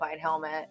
helmet